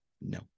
No